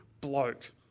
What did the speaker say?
bloke